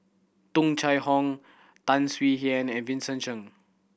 Tung Chye Hong Tan Swie Hian and Vincent Cheng